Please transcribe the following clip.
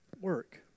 work